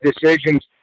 decisions